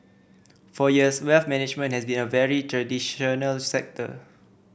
for years wealth management has been a very traditional sector